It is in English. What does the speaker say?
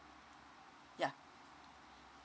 ya